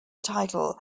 title